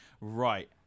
right